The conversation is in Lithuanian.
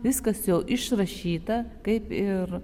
viskas jau išrašyta kaip ir